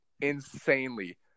insanely –